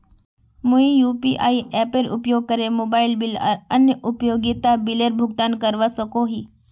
मुई यू.पी.आई एपेर उपयोग करे मोबाइल बिल आर अन्य उपयोगिता बिलेर भुगतान करवा सको ही